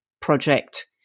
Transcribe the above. project